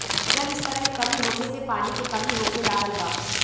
जल स्तर में कमी होखे से पानी के कमी होखे लागल बा